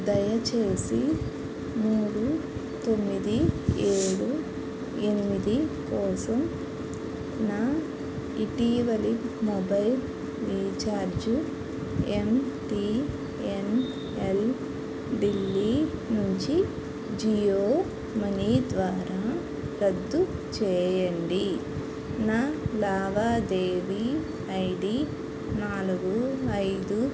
దయచేసి మూడు తొమ్మిది ఏడు ఎనిమిది కోసం నా ఇటీవలి mobile recharge M T N L Delhi నుంచి జియో మనీ ద్వారా రద్దు చేయండి నా లావాదేవీ ఐడీ నాలుగు ఐదు